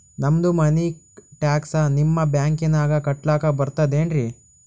ನಮ್ದು money tax ನಿಮ್ಮ ಬ್ಯಾಂಕಿನಾಗ ಕಟ್ಲಾಕ ಬರ್ತದೇನ್ರಿ?